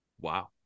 Wow